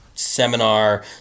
Seminar